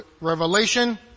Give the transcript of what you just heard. Revelation